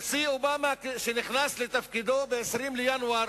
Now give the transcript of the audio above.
כשנכנס הנשיא אובמה לתפקידו ב-20 בינואר,